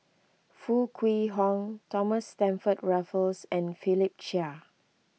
Foo Kwee Horng Thomas Stamford Raffles and Philip Chia